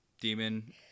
demon